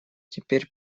теперь